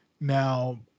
Now